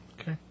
Okay